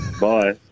Bye